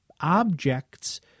objects